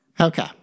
Okay